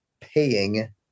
paying